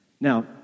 Now